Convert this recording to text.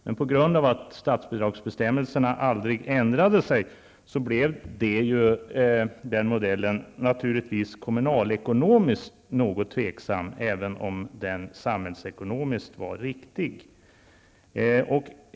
Men på grund av att statsbidragsbestämmelserna inte kom att ändras blev den modellen naturligtvis kommunalekonomiskt något tveksam, även om den samhällsekonomiskt var riktig.